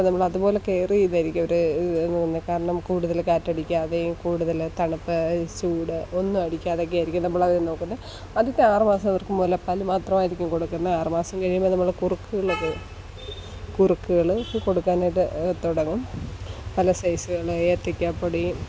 അപ്പം നമ്മൾ അതുപോലെ കെയർ ചെയ്തായിരിക്കും അവരെ കാരണം കൂടുതൽ കാറ്റ് അടിക്കാതെയും കൂടുതൽ തണുപ്പ് ചൂട് ഒന്നും അടിക്കാതെ ഒക്കെ ആയിരിക്കും നമ്മൾ അവരെ നോക്കുന്നത് ആദ്യത്തെ ആറ് മാസം അവർക്ക് മുലപ്പാൽ മാത്രമായിരിക്കും കൊടുക്കുന്നത് ആറ് മാസം കഴിയുമ്പം നമ്മൾ കുറുക്കുകൾ കുറുക്കുകൾ ഒക്കെ കൊടുക്കാനായിട്ട് തുടങ്ങും പല സൈസുകളിലെ ഏത്തയ്ക്കാപ്പൊടി